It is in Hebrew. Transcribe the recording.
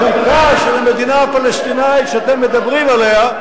מן הסעיפים הראשונים בחוקה של המדינה הפלסטינית שאתם מדברים עליה,